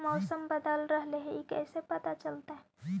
मौसम बदल रहले हे इ कैसे पता चलतै?